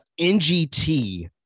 NGT